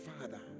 Father